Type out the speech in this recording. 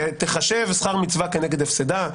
ייחשב שכר מצווה כנגד הפסדה,